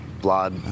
blood